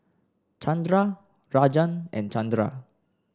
Chandra Rajan and Chandra